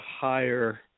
higher